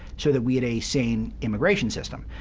so that we had a sane immigration system.